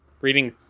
reading